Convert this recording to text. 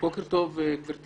בקרב חברי